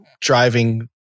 driving